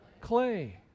Clay